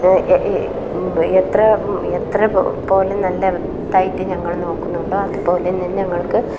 എത്ര എത്ര പോലും നല്ല ഇതായിട്ട് ഞങ്ങൾ നോക്കുന്നുണ്ട് അതുപോലെ തന്നെ ഞങ്ങൾക്ക്